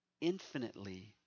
infinitely